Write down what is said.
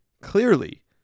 clearly